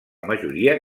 majoria